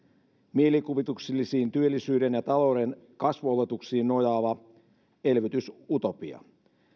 mielikuvituksellisiin työllisyyden ja talouden kasvuoletuksiin nojaava elvytysutopia